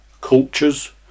cultures